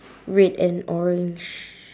red and orange